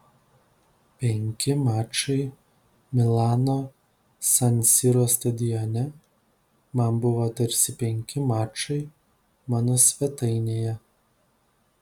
penki mačai milano san siro stadione man buvo tarsi penki mačai mano svetainėje